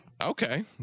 Okay